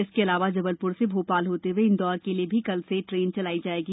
इसके अलावा जबलपुर से भोपाल होते हुए इंदौर के लिए भी कल से ट्रेन चलाई जायेगी